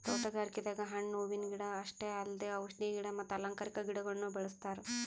ತೋಟಗಾರಿಕೆದಾಗ್ ಹಣ್ಣ್ ಹೂವಿನ ಗಿಡ ಅಷ್ಟೇ ಅಲ್ದೆ ಔಷಧಿ ಗಿಡ ಮತ್ತ್ ಅಲಂಕಾರಿಕಾ ಗಿಡಗೊಳ್ನು ಬೆಳೆಸ್ತಾರ್